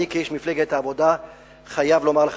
אני כאיש מפלגת העבודה חייב לומר לך,